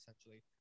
essentially